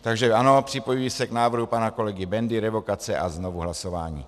Takže ano, připojuji se k návrhu pana kolegy Bendy revokace a znovu hlasování.